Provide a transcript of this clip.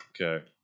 Okay